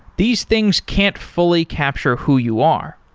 these things can't fully capture who you are.